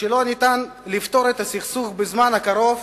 שלא ניתן לפתור את הסכסוך בזמן הקרוב,